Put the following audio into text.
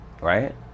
right